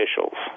officials